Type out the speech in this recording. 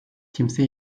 kimse